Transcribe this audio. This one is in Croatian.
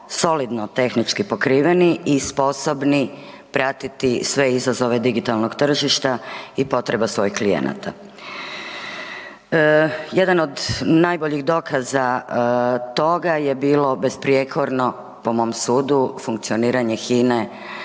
solidno tehnički pokriveni i sposobni pratiti sve izazove digitalnog tržišta i potreba svojih klijenata. Jedan od najboljih dokaza toga je bilo besprijekorno, po mom sudu, funkcioniranje HINA-e